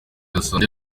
yasanze